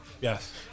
Yes